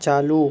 چالو